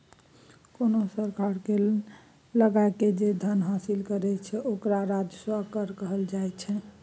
कोनो सरकार कर लगाकए जे धन हासिल करैत छै ओकरा राजस्व कर कहल जाइत छै